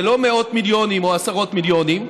ולא מאות מיליונים או עשרות מיליונים,